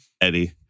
Eddie